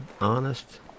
honest